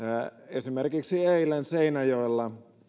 esimerkiksi eilen seinäjoella